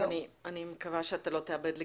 אני כבר אומר,